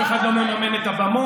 אף אחד לא מממן את הבמות.